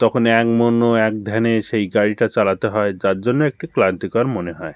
তখন এক মন এক ধ্যানে সেই গাড়িটা চালাতে হয় যার জন্য একটু ক্লান্তিকর মনে হয়